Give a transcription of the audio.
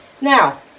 Now